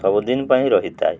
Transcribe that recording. ସବୁଦିନ ପାଇଁ ରହିଥାଏ